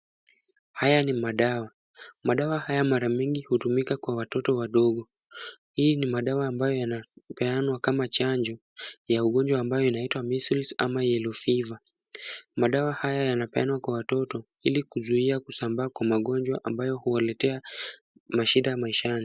Haya ni madawa, madawa haya mara mingi hutumika kwa watoto wadogo, hii ni madawa ambayo yanapeanwa kama chanjo ya ugonjwa ambayo inayoitwa measles ama yellow fever . Madawa haya yanapeanwa kwa watoto ili kuzuia kusambaa kwa magonjwa ambayo huwaletea mashida maishani.